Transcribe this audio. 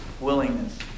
willingness